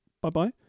bye-bye